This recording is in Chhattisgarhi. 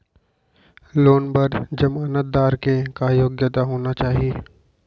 लोन बर जमानतदार के का योग्यता होना चाही?